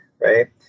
right